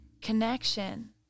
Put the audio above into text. connection